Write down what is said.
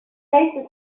faces